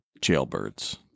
Jailbirds